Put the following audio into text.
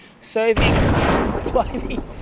serving